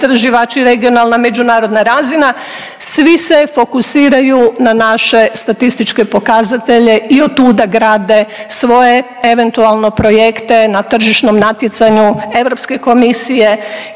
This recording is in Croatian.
regionalna međunarodna razina svi se fokusiraju na naše statističke pokazatelje i od tuga grade svoje eventualno projekte na tržišnom natjecanju Europske komisije